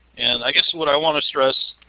and i guess what i want to stress,